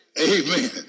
Amen